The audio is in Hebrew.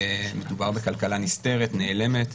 מדובר בכלכלה נסתרת, נעלמת.